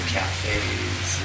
cafes